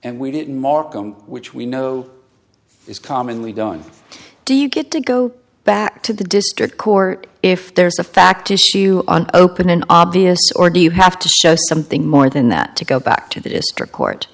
and we didn't markham which we know is commonly done do you get to go back to the district court if there's a fact issue an open an obvious or do you have to show something more than that to go back to the district court